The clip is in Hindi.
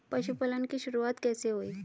पशुपालन की शुरुआत कैसे हुई?